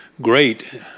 great